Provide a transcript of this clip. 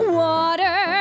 water